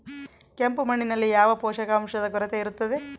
ಕೆಂಪು ಮಣ್ಣಿನಲ್ಲಿ ಯಾವ ಪೋಷಕಾಂಶದ ಕೊರತೆ ಇರುತ್ತದೆ?